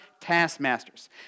taskmasters